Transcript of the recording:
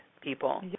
people